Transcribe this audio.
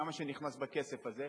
כמה שנכנס בכסף הזה,